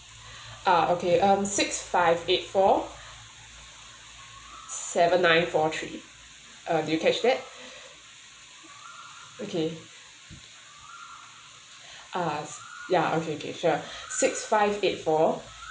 uh okay mm six five eight four seven nine four three uh do you catch that okay uh ya okay okay sure six five eight four